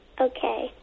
Okay